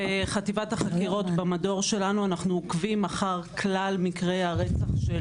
בחטיבת החקירות במדור שלנו אנחנו עוקבים אחר כלל מקרי הרצח של